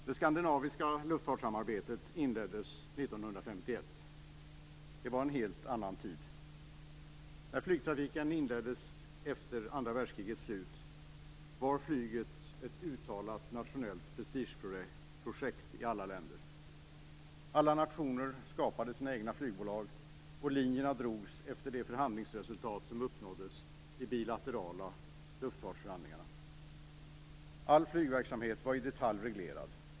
Herr talman! Det skandinaviska luftfartssamarbetet inleddes 1951. Det var en helt annan tid! När flygtrafiken inleddes, efter andra världskriget slut, var flyget ett uttalat nationellt prestigeprojekt i alla länder. Alla nationer skapade sina egna flygbolag, och linjerna drogs efter de förhandlingsresultat som uppnåddes i bilaterala luftfartsförhandlingar. All flygverksamhet var i detalj reglerad.